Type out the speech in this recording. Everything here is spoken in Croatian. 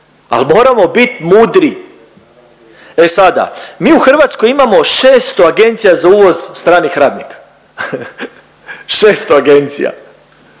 al moramo bit mudri. E sada, mi u Hrvatskoj imamo 600 agencija za uvoz stranih radnika, 600 agencija,